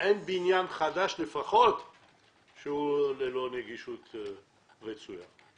אין בניין חדש שהוא ללא נגישות רצויה.